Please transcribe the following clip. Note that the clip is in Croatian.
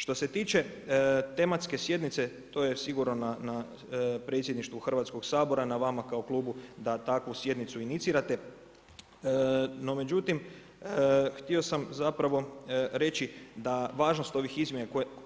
Što se tiče tematske sjednice, to je sigurno na Predsjedništvu Hrvatskog sabora, na vama kao klubu da takvu sjednicu inicirate, no međutim, htio sam zapravo reći da važnost ovih